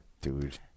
dude